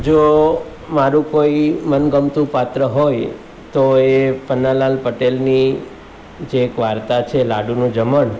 જો મારું કોઈ મનગમતું પાત્ર હોય તો એ પન્નાલાલ પટેલની જે એક વાર્તા છે લાડુનું જમણ